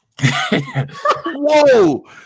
Whoa